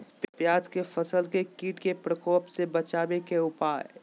प्याज के फसल के कीट के प्रकोप से बचावे के उपाय?